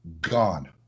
gone